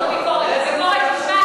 בושה וחרפה שאתה מעביר כזאת ביקורת.